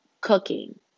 cooking